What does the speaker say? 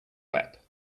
lap